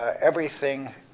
everything,